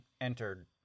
entered